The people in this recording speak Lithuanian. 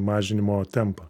mažinimo tempą